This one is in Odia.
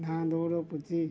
ଧାଁ ଦୌଡ଼ ପୁଚି